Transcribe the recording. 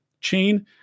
chain